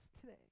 today